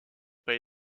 pas